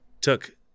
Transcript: Took